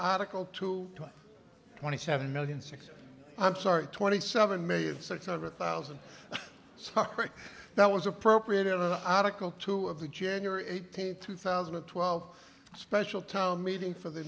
article to twenty seven million six i am sorry twenty seven million six hundred thousand that was appropriate in an article two of the january eighteenth two thousand and twelve special town meeting for the